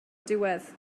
diwedd